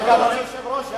אדוני היושב-ראש.